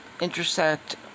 intersect